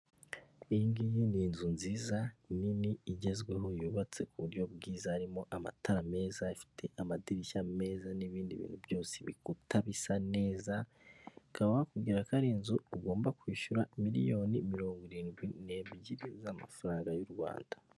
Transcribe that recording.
Iyi ngiyi ni inzu nziza, nini, igezweho, yubatse ku buryo bwiza harimo amatara meza, ifite amadirishya meza, n'ibindi bintu byose ibikuta bisa neza, bakaba bakubwira ko ari inzu ugomba kwishyura miliyoni mirongo irindwi n'ebyiri z'amafaranga y'u Rwanda.